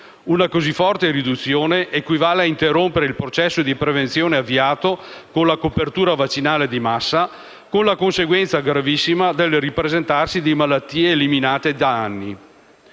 una così forte riduzione equivale a interrompere il processo di prevenzione avviato con la copertura vaccinale di massa, con la conseguenza gravissima del ripresentarsi di malattie eliminate da anni.